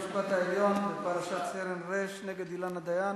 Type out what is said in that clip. בית-המשפט העליון בפרשת סרן ר' נגד אילנה דיין